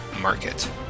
market